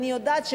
אני יודעת,